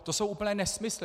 To jsou úplné nesmysly.